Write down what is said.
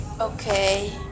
Okay